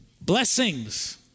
Blessings